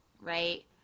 right